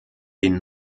den